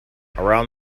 around